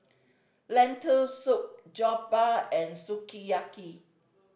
Lentil Soup Jokbal and Sukiyaki